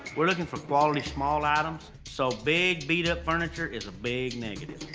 we're looking for quality small items, so big beat-up furniture is a big negative.